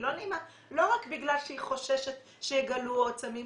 לא רק בגלל שהיא חוששת שיגלו עוד סמים,